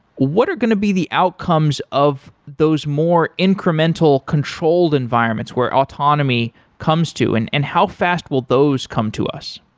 what are going to be the outcomes of those more incremental controlled environments where autonomy comes to and and how fast will those come to us?